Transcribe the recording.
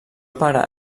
pare